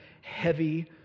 heavy